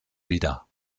wieder